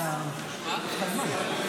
בסדר,